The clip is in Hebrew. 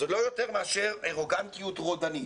זה לא יותר מאשר ארוגנטיות רודנית.